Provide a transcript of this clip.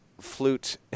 flute